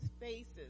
faces